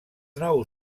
nou